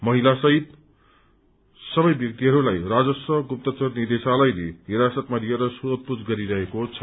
महिला सहित सबै व्यक्तिहरूलाई राजस्व गुप्तचर निदेशालयले हिरासतमा लिएर सोधपूछ गरिरहेको छ